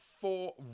four